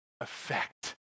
effect